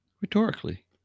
Rhetorically